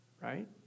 right